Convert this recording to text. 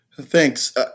Thanks